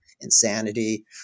Insanity